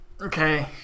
Okay